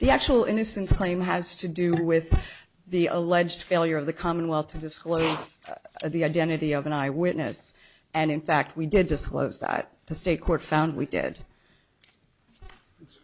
the actual innocence claim has to do with the alleged failure of the commonwealth to disclose the identity of an eye witness and in fact we did disclose that the state court found we